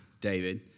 David